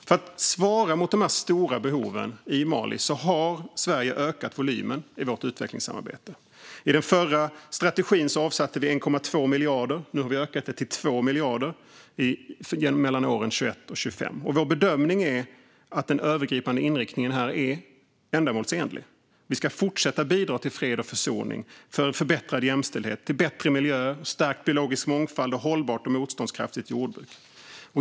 För att svara mot de stora behoven i Mali har Sverige ökat volymen i utvecklingssamarbetet. I den förra strategin avsatte vi 1,2 miljarder. Nu har vi ökat det till 2 miljarder mellan åren 2021 och 2025. Vår bedömning är att den övergripande inriktningen är ändamålsenlig. Vi ska fortsätta att bidra till fred och försoning, förbättrad jämställdhet, bättre miljö, stärkt biologisk mångfald och ett hållbart och motståndskraftigt jordbruk.